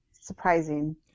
surprising